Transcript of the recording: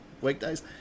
weekdays